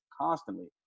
constantly